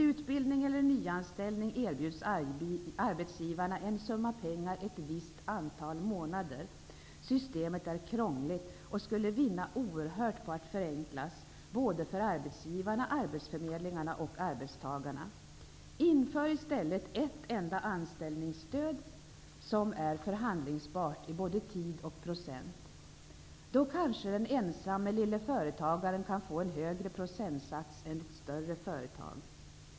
Vid utbildning eller nyanställning erbjuds arbetsgivarna en summa pengar ett visst antal månader. Systemet är krångligt och arbetsgivarna, arbetsförmedlingarna och arbetstagarna skulle vinna oerhört på att det förenklades. Inför i stället ett enda anställningsstöd som är förhandlingsbart i både tid och procent. Då kanske den ensamme lille företagaren kan få en högre procentsats än ett större företag.